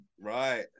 Right